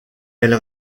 elle